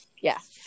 Yes